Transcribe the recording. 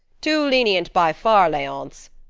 too lenient by far, leonce,